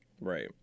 Right